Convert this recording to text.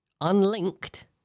Unlinked